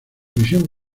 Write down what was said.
misión